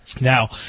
Now